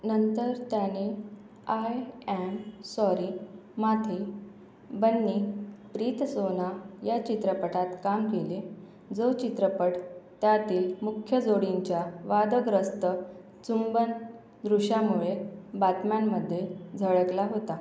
नंतर त्याने I am sorry Mathe Banni Preethsona या चित्रपटात काम केले जो चित्रपट त्यातील मुख्य जोडींच्या वादग्रस्त चुंबन दृश्यामुळे बातम्यांमध्ये झळकला होता